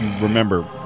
remember